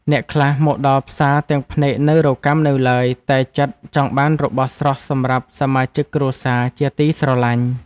អ្នកខ្លះមកដល់ផ្សារទាំងភ្នែកនៅរកាំនៅឡើយតែចិត្តចង់បានរបស់ស្រស់សម្រាប់សមាជិកគ្រួសារជាទីស្រឡាញ់។